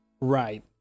right